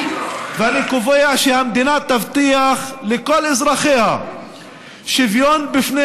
ואני קובע שהמדינה תבטיח לכל אזרחיה שוויון בפני